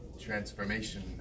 transformation